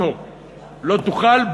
לא תוכל,